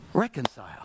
reconcile